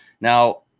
Now